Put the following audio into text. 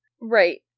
Right